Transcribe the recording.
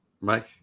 Mike